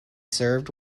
served